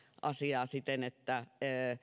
asiaa siten että